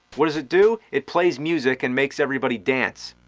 what does it do? it plays music and makes everybody dance.